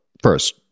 First